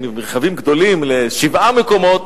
רכבים גדולים של שבעה מקומות